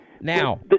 Now